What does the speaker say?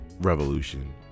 Revolution